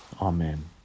Amen